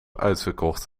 uitverkocht